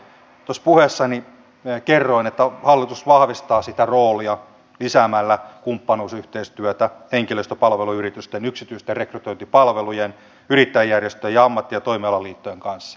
tuossa puheessani kerroin että hallitus vahvistaa sitä roolia lisäämällä kumppanuusyhteistyötä henkilöstöpalveluyritysten yksityisten rekrytointipalvelujen yrittäjäjärjestöjen ja ammatti ja toimialaliittojen kanssa